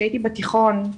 כשהייתי בתיכון.